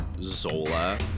Zola